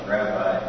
Rabbi